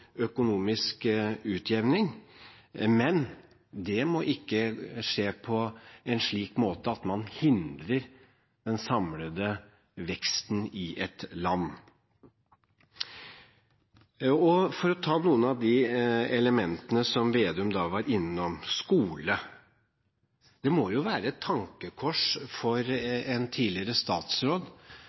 økonomisk utjevning, men det må ikke skje på en slik måte at man hindrer den samlede veksten i et land. Så til et av de elementene som Slagsvold Vedum var innom – skole. Det må være et tankekors for en tidligere statsråd